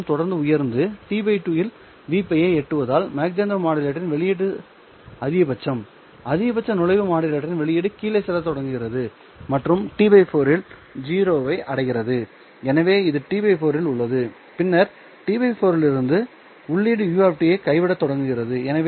மின்னழுத்தம் தொடர்ந்து உயர்ந்து T 2 இல் Vπ ஐ எட்டுவதால் மாக் ஜெஹெண்டர் மாடுலேட்டரின் வெளியீடு அதிகபட்சம் அதிகபட்ச நுழைவு மாடுலேட்டரின் வெளியீடு கீழே செல்லத் தொடங்குகிறது மற்றும் T 4 இல் 0 ஐ அடைகிறது எனவே இது T 4 இல் உள்ளது பின்னர் T 4 இலிருந்து உள்ளீடு ud கைவிடத் தொடங்குகிறது